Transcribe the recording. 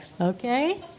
Okay